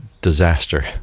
disaster